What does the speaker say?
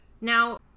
Now